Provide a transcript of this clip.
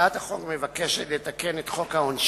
הצעת החוק נועדה לתקן את חוק העונשין,